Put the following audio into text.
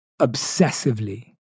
obsessively